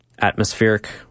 atmospheric